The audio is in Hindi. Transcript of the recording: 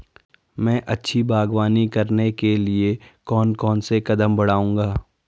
मैं अच्छी बागवानी करने के लिए कौन कौन से कदम बढ़ाऊंगा?